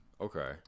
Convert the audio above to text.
Okay